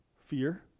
fear